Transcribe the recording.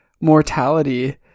mortality